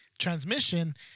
Transmission